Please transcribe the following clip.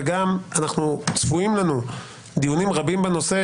וגם צפויים לנו דיונים רבים בנושא,